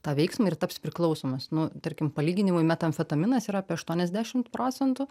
tą veiksmą ir taps priklausomas nu tarkim palyginimui metamfetaminas yra apie aštuoniasdešimt procentų